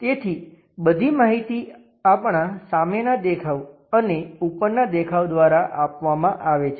તેથી બધી માહિતી આપણાં સામેના દેખાવ અને ઉપરનાં દેખાવ દ્વારા આપવામાં આવે છે